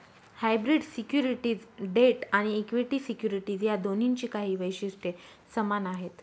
hybrid securities debt आणि equity securities या दोन्हींची काही वैशिष्ट्ये समान आहेत